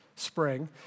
spring